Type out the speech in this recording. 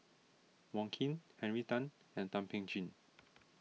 Wong Keen Henry Tan and Thum Ping Tjin